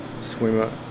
swimmer